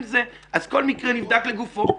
אז כל מקרה נבדק לגופו.